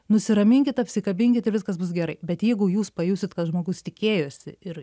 nusiraminkit apsikabinkit ir viskas bus gerai bet jeigu jūs pajusit kad žmogus tikėjosi ir